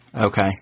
Okay